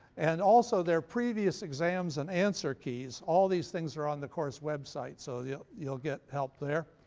and also there are previous exams and answers keys. all these things are on the course website so yeah you'll get help there.